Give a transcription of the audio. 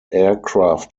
aircraft